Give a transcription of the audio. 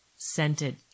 scented